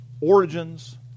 origins